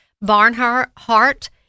Barnhart